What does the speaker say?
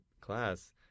class